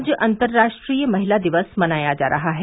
आज अंतर्राष्ट्रीय महिला दिवस मनाया जा रहा है